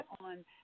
on